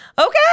Okay